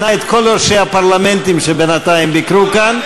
את כל ראשי הפרלמנטים שבינתיים ביקרו כאן,